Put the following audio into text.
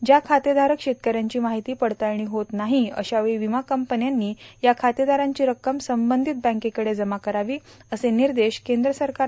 ज्या खातेधारक शेतकऱ्यांची माहिती पडताळणी होत नाही अशा वेळी विमा कंपन्यांनी या खातेदारांची रक्कम संबंधित बँकेकडे जमा करावी असे निर्देश केंद्र सरकारनं देखील यापूर्वीच दिले आहेत